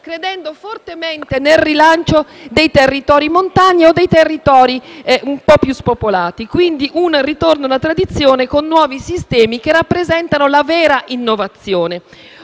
credendo fortemente nel rilancio dei territori montani e di quelli un po' più spopolati. Quindi, siamo di fronte a un ritorno alla tradizione, con nuovi sistemi che rappresentano la vera innovazione.